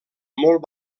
molt